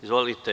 Izvolite.